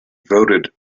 voted